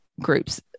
groups